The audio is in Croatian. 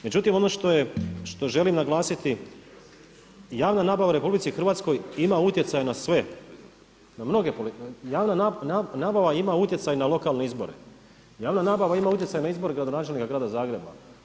Međutim što želim naglasiti, javna nabava u RH ima utjecaj na sve, javna nabava ima utjecaj na lokalne izbore, javna nabava ima utjecaj na izbore gradonačelnika grada Zagreba.